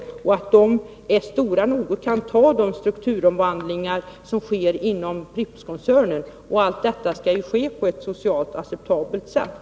Pripps är ett tillräckligt stort företag för att kunna klara de strukturomvandlingar som äger rum inom Prippskoncernen. Allt detta skall givetvis ske på ett socialt acceptabelt sätt.